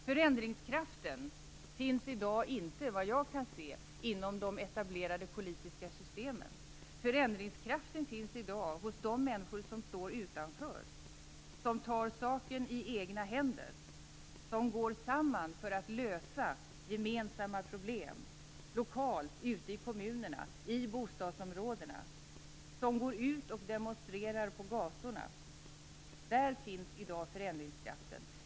Förändringskraften finns i dag inte, såvitt jag kan se, inom de etablerade politiska systemen. Förändringskraften finns i dag hos de människor som står utanför, som tar saken i egna händer, som går samman för att lösa gemensamma problem, lokalt ute i kommunerna, i bostadsområdena, som går ut och demonstrerar på gatorna. Där finns i dag förändringskraften.